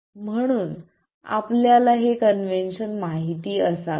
म्हणून आपल्याला हे कन्व्हेन्शन माहित असावे